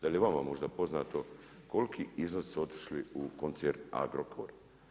Da li je vama možda poznato koliki iznosi su otišli u koncern Agrokor.